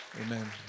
Amen